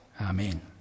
Amen